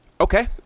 Okay